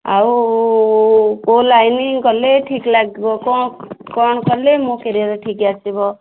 ଆଉ କେଉଁ ଲାଇନ୍ ଗଲେ ଠିକ୍ ଲାଗିବ କ'ଣ କଲେ ମୋ କ୍ୟାରିଅର୍ ଠିକ୍ ଆସିବ